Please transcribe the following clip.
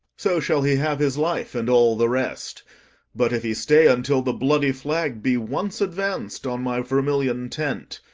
so shall he have his life, and all the rest but, if he stay until the bloody flag be once advanc'd on my vermilion tent,